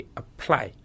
apply